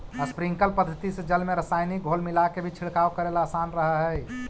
sprinkler पद्धति से जल में रसायनिक घोल मिलाके भी छिड़काव करेला आसान रहऽ हइ